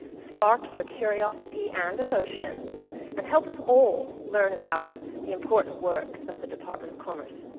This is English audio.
spark your curiosity and emotions and help us all learn about the important work of the department of commerce.